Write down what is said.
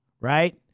right